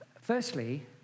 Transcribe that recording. Firstly